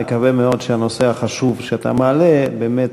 נקווה מאוד שהנושא החשוב שאתה מעלה באמת